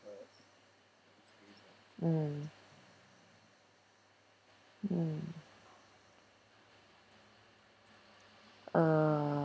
mm mm uh